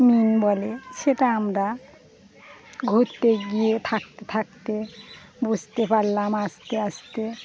মিন বলে সেটা আমরা ঘুরতে গিয়ে থাকতে থাকতে বুঝতে পারলাম আস্তে আস্তে